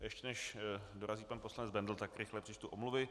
Ještě než dorazí pan poslanec Bendl, tak rychle přečtu omluvy.